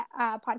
podcast